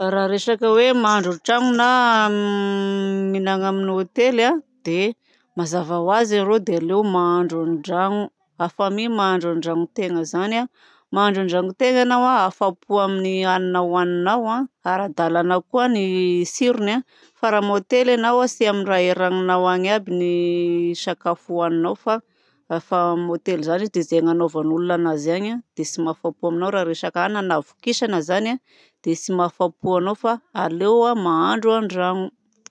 Raha resaka hoe mahandro an-trano na mihinana amin'ny hotely dia mazava ho azy arô dia aleo mahandro an-drano. Hafa mi mahandro an-drano tena zany mahandro an-drano tegna ianao afa-po amin'ny hanina ohaninao ara-dalàna koa ny tsirony. Fa raha amin'ny hotely ianao tsy amin'ny raha eragninao aby ny sakafo ohaninao. Fa fa amin'ny hotely zany izy dia izay agnanaovin'olona anazy any dia tsy mahafa-po anao. Raha resaka hanina na havokisana zany dia tsy mahafa-po anao fa aleo mahandro an-drano.